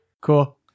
Cool